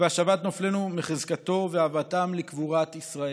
והשבת נופלינו מחזקתו והבאתם לקבורת ישראל.